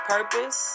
Purpose